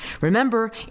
Remember